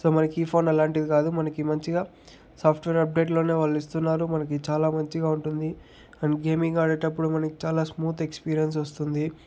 so మనకి ఈ phone అలాంటిది కాదు మనకి మంచిగా సాఫ్ట్వేర్ అబ్డేట్లోనే వాళ్ళు ఇస్తున్నారు మనకి చాలా మంచిగా ఉంటుంది అండ్ గేమింగ్ ఆడేటప్పుడు మనకి చాలా స్మూత్ ఎక్స్పీరియన్స్ వస్తుంది